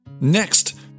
Next